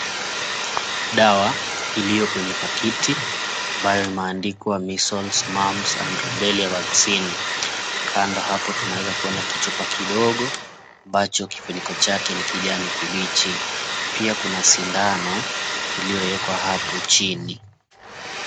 Dawa iliyo kwenye pakiti ambayo imeandikwa "Measles, Mumps and Rubella Vaccine". Kando hapo tunaweza kuona kichupa kidogo ambacho kifuniko chake ni kijani kibichi. Pia kuna sindano iliyowekwa hapo chini.